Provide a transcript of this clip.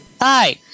hi